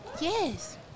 Yes